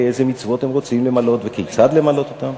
איזה מצוות הם רוצים למלא וכיצד למלא אותן.